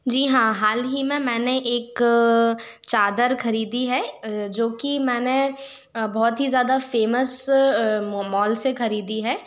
जी हाँ हाल ही में मैंने एक चादर खरीदी है जो कि मैंने बहोत ही ज़्यादा फेमस मॉल से खरीदी है